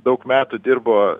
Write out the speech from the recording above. daug metų dirbo